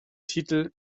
titel